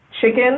chicken